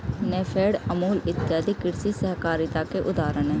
नेफेड, अमूल इत्यादि कृषि सहकारिता के उदाहरण हैं